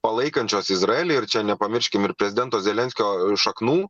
palaikančios izraelį ir čia nepamirškim ir prezidento zelenskio šaknų